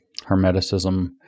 Hermeticism